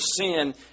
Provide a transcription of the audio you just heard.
sin